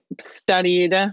studied